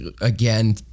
again